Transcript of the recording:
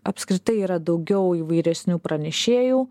apskritai yra daugiau įvairesnių pranešėjų